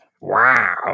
wow